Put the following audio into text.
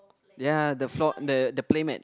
ya the floor the the play mat